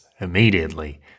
immediately